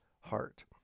heart